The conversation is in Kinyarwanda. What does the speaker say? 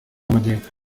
y’amajyepfo